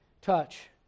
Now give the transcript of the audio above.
touch